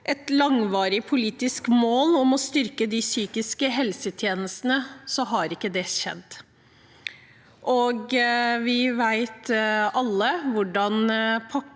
et langvarig politisk mål om å styrke de psykiske helsetjenestene, har det ikke skjedd. Vi vet alle hvordan pakkeforløp